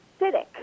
acidic